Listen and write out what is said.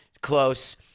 close